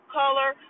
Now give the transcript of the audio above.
color